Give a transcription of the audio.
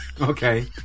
Okay